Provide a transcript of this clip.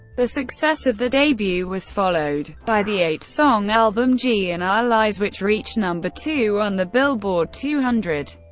the success of the debut was followed by the eight-song album g n' and r lies which reached number two on the billboard two hundred.